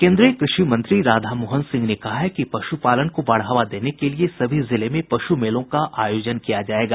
केन्द्रीय कृषि मंत्री राधामोहन सिंह ने कहा है कि पश्पालन को बढ़ावा देने के लिए सभी जिले में पशु मेलों का आयोजन किया जायेगा